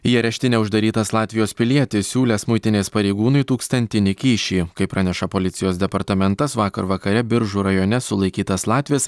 į areštinę uždarytas latvijos pilietis siūlęs muitinės pareigūnui tūkstantinį kyšį kaip praneša policijos departamentas vakar vakare biržų rajone sulaikytas latvis